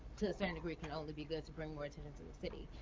to a certain degree, can only be good to bring more attention the city.